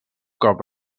cop